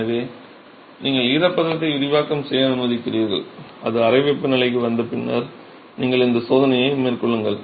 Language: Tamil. எனவே நீங்கள் ஈரப்பதத்தை விரிவாக்கம் செய்ய அனுமதிக்கிறீர்கள் அது அறை வெப்பநிலைக்கு வந்த பின்னர் நீங்கள் இந்த சோதனையை மேற்கொள்ளுங்கள்